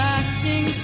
acting